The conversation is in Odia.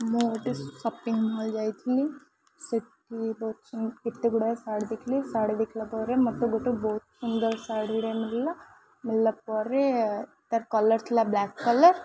ମୁଁ ଗୋଟେ ସପିଙ୍ଗ୍ ମଲ୍ ଯାଇଥିଲି ସେଠି ବହୁତ ଏତେ ଗୁଡ଼ାଏ ଶାଢ଼ୀ ଦେଖିଲି ଶାଢ଼ୀ ଦେଖିଲା ପରେ ମୋତେ ଗୋଟେ ବହୁତ ସୁନ୍ଦର ଶାଢ଼ୀରେ ମିଳିଲା ମିଳିଲା ପରେ ତା'ର୍ କଲର୍ ଥିଲା ବ୍ଲାକ୍ କଲର୍